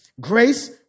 grace